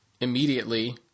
immediately